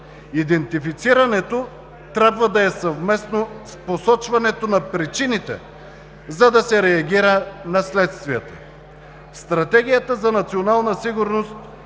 Идентифицирането трябва да е съвместно с посочването на причините, за да се реагира на следствията. Стратегията за национална сигурност